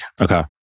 Okay